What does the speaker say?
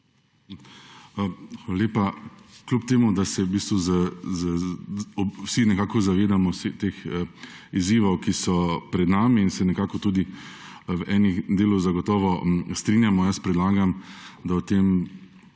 Hvala lepa. Čeprav se vsi nekako zavedamo vseh teh izzivov, ki so pred nami, in se nekako tudi v enem delu zagotovo strinjamo, jaz predlagam, da o tem